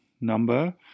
Number